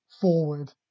forward